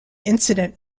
incident